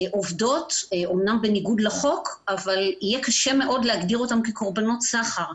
עובדות אמנם בניגוד לחוק אבל יהיה קשה מאוד להגדיר אותן כקורבנות סחר.